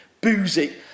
boozy